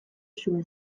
zuen